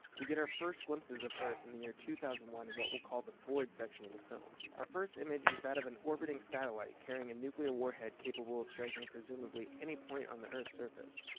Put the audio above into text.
we get our first glimpses of earth in the year two thousand and one in what we'll call the floyd section of the film. our first image is that of an orbiting satellite carrying a nuclear warhead capable of striking presumably any point on the earth's surface.